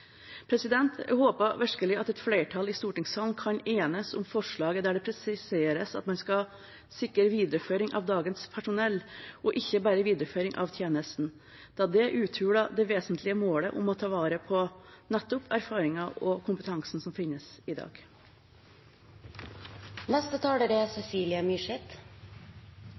Jeg håper virkelig et flertall i stortingssalen kan enes om forslaget der det presiseres at man skal sikre videreføring av dagens personell og ikke bare videreføring av tjenesten, da det uthuler det vesentlige målet om å ta vare på nettopp erfaringen og kompetansen som finnes i